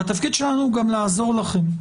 והתפקיד שלנו הוא לעזור לכם.